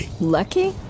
lucky